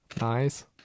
Nice